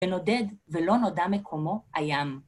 ונודד, ולא נודה מקומו, הים.